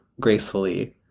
gracefully